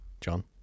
John